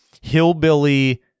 hillbilly